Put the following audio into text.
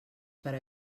per